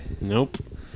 Nope